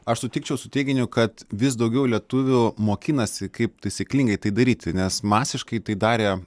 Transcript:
aš sutikčiau su teiginiu kad vis daugiau lietuvių mokinasi kaip taisyklingai tai daryti nes masiškai tai darė